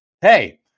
hey